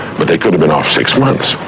but they could have been off six months.